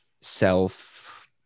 self